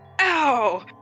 Ow